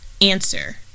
Answer